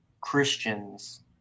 christians